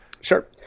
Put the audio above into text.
Sure